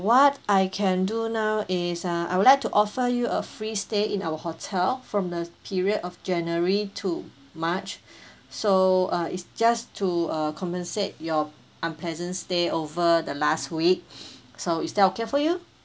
what I can do now is uh I would like to offer you a free stay in our hotel from the period of january to march so uh it's just to uh compensate your unpleasant stay over the last week so is that okay for you